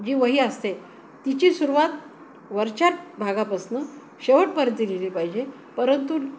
जी वही असते तिची सुरवात वरच्या भागापासनं शेवटपर्यत लिहली पाहिजे परंतु